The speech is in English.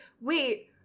Wait